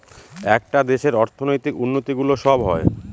একটা দেশের অর্থনৈতিক উন্নতি গুলো সব হয়